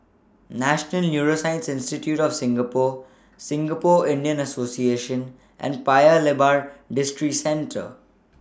National Neuroscience Institute of Singapore Singapore Indian Association and Paya Lebar Districentre